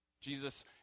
Jesus